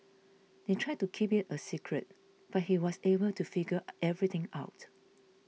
they tried to keep it a secret but he was able to figure everything out